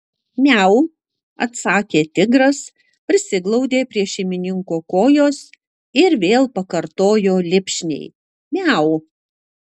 miau atsakė tigras prisiglaudė prie šeimininko kojos ir vėl pakartojo lipšniai miau